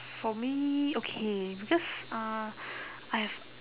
for me okay because uh I have